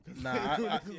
Nah